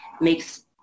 makes